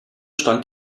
stand